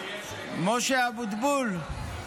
משה אבוטבול,